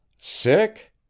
Sick